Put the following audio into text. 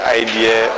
idea